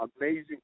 amazing